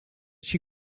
she